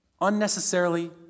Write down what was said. Unnecessarily